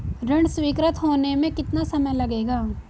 ऋण स्वीकृत होने में कितना समय लगेगा?